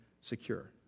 secure